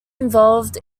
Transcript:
involved